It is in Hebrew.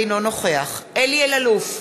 אינו נוכח אלי אלאלוף,